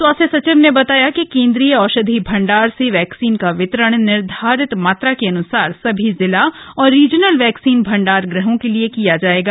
स्वास्थ्य सचिव ने बताया कि केन्द्रीय औषधि भण्डार से वक्क्सीन का वितरण निर्धारित मात्रा के अन्सार सभी जिला और रिजनल वक्त्सीन भण्डारगुहों को किया जाएगा